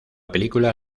película